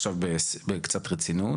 עכשיו קצת ברצינות